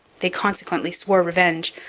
they consequently swore revenge,